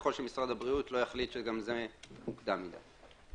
ככל שמשרד הבריאות לא יחליט שזה גם מוקדם מדי.